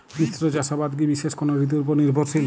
মিশ্র চাষাবাদ কি বিশেষ কোনো ঋতুর ওপর নির্ভরশীল?